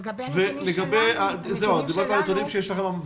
מוריה, דיברת על נתונים שיש לכם.